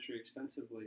extensively